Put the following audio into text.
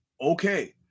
okay